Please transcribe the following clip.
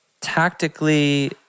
tactically